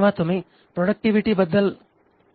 जेव्हा तुम्ही प्रॉडक्टिव्हिटीबद्दल